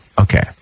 Okay